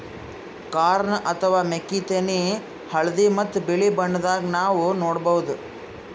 corn ಅಥವಾ ಮೆಕ್ಕಿತೆನಿ ಹಳ್ದಿ ಮತ್ತ್ ಬಿಳಿ ಬಣ್ಣದಾಗ್ ನಾವ್ ನೋಡಬಹುದ್